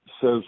says